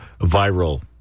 viral